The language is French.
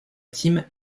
team